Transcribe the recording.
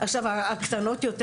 עכשיו הקטנות יותר,